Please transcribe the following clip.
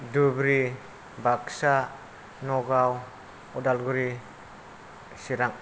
Dhubri Baksa Nagaon Udalguri Chirang